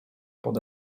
pod